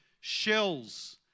shells